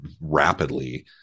rapidly